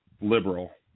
liberal